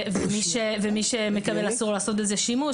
ומי שמקבל אסור לו לעשות בזה שימוש.